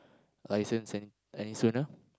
license any any sooner